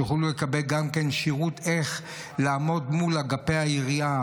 שיוכלו לקבל גם שירות איך לעמוד מול אגפי העירייה,